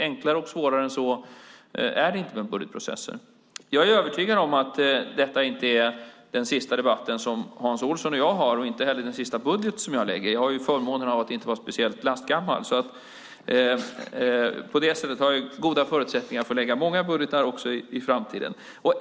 Enklare och svårare än så är det inte med budgetprocessen. Jag är övertygad om att detta inte är den sista debatten som Hans Olsson och jag kommer att ha och inte heller den sista budget som jag kommer att lägga fram. Jag har förmånen av att inte vara speciellt lastgammal. På det sättet har jag goda förutsättningar att lägga fram många budgetar också i framtiden.